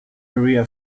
maria